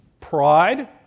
Pride